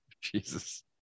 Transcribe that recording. Jesus